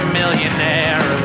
millionaire